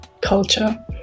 culture